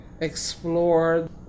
explore